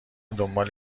دنبال